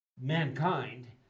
mankind